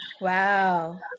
Wow